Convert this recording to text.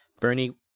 Bernie